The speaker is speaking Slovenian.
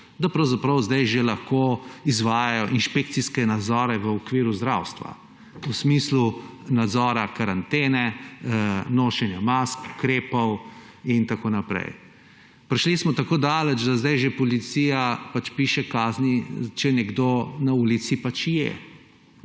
da pravzaprav zdaj že lahko izvajajo inšpekcijske nadzore v okviru zdravstva, v smislu nadzora karantene, nošenja mask, ukrepov in tako naprej. Prišli smo tako daleč, da zdaj že policija piše kazni, če nekdo na ulici je.